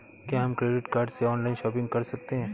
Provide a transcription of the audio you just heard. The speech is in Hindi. क्या हम क्रेडिट कार्ड से ऑनलाइन शॉपिंग कर सकते हैं?